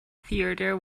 theater